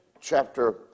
chapter